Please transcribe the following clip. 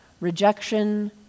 rejection